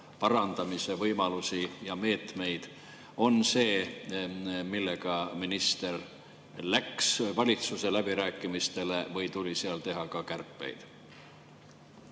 parandamise võimalusi ja meetmeid, on need, millega minister läks valitsuse läbirääkimistele, või kas seal tuli teha kärpeid?